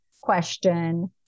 question